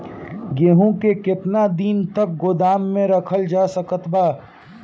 गेहूँ के केतना दिन तक गोदाम मे रखल जा सकत बा?